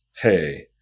hey